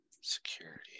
Security